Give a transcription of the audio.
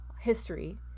history